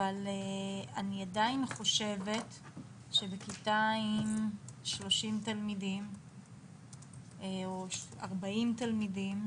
אבל אני עדיין חושבת שבכיתה עם 30 או 40 תלמידים